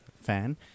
fan